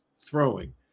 throwing